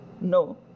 no